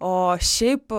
o šiaip